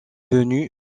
venu